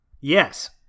Yes